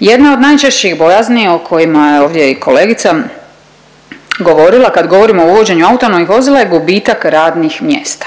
Jedna od najčešćih bojazni o kojima je ovdje i kolegica govorila kad govorimo o uvođenju autonomnih vozila je gubitak radnih mjesta.